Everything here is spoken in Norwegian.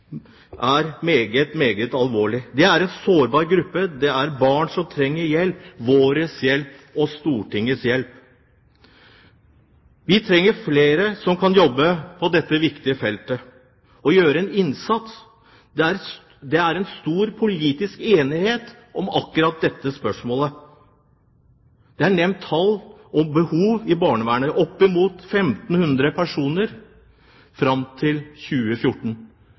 er meget alvorlig. Det er en sårbar gruppe. Det er barn som trenger hjelp – vår hjelp, og Stortingets hjelp. Vi trenger flere som kan jobbe på dette viktige feltet og gjøre en innsats. Det er stor politisk enighet om akkurat dette spørsmålet. Det er nevnt tall og behov når det gjelder barnevernet, opp mot 1 500 personer fram til 2014.